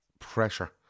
pressure